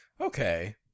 Okay